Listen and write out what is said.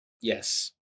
yes